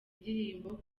ndirimbo